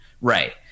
Right